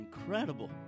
incredible